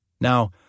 Now